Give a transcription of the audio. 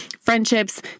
friendships